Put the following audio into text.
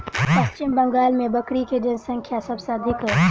पश्चिम बंगाल मे बकरी के जनसँख्या सभ से अधिक अछि